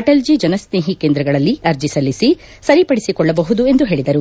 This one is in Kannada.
ಅಟಲ್ಜೀ ಜನಸ್ನೇಹಿ ಕೆಂದ್ರಗಳಲ್ಲಿ ಅರ್ಜಿ ಸಲ್ಲಿಸಿ ಸರಿಪಡಿಸಿಕೊಳ್ಳಬಹುದು ಎಂದು ಅವರು ಹೇಳಿದರು